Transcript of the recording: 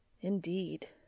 Indeed